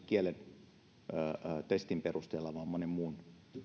kielen testin perusteella vaan monen muun